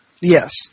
Yes